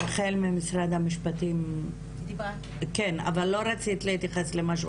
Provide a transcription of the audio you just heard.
מה רצית?